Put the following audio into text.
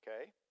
okay